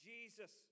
Jesus